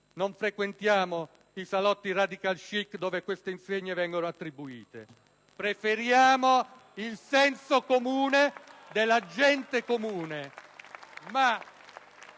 non frequentiamo i salotti radical‑chic dove queste insegne vengono attribuite; ma preferiamo il senso comune della gente comune.